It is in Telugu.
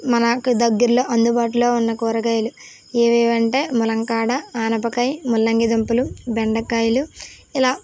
మనకు దగ్గర్లో అందుబాటులో ఉన్న కూరగాయలు ఏవేవి అంటే ములక్కాడ ఆనపకాయ ముల్లంగి దుంపలు బెండకాయలు ఇలా